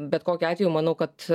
bet kokiu atveju manau kad